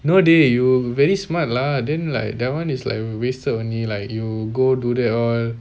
no dey you very smart lah then like that one is like wasted only like you go do that all